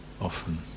often